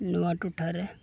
ᱱᱚᱣᱟ ᱴᱚᱴᱷᱟᱨᱮ